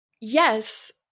yes